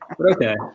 Okay